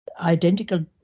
identical